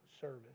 service